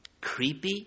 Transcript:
creepy